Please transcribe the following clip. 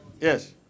Yes